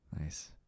nice